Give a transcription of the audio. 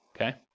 okay